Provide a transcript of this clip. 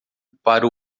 para